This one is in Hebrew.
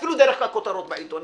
אפילו דרך הכותרות בעיתונים,